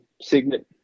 Signet